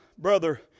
brother